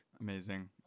Amazing